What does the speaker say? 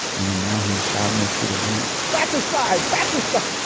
and now he's shouting this through the vent fratricide! fratricide!